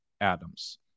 adams